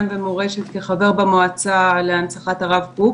ומורשת כחבר במועצה להנצחת הרב קוק.